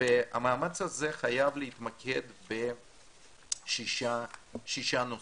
והמאמץ הזה חייב להתמקד בשישה נושאים.